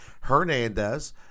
Hernandez